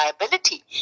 liability